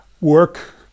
work